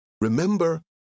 Remember